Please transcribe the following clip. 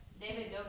David